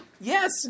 Yes